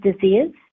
disease